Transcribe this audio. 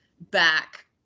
back